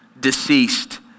deceased